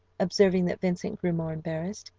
observing that vincent grew more embarrassed,